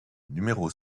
numéro